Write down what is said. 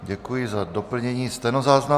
Děkuji za doplnění stenozáznamu.